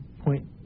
point